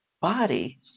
body